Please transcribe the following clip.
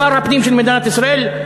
שר הפנים של מדינת ישראל,